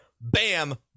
bam